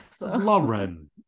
Lauren